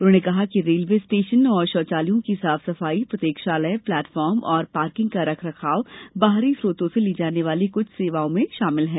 उन्होंने कहा कि रेलवे स्टेशन और शौचालयों की साफ सफाई प्रतीक्षालय प्लेटफार्म और पार्किंग का रख रखाव बाहरी स्रोतों से ली जाने वाली कुछ सेवाओं में शामिल है